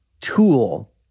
tool